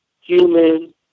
human